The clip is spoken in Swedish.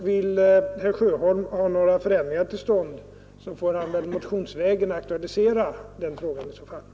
Vill herr Sjöholm ha några förändringar till stånd får han väl motionsvägen aktualisera den frågan i så fall.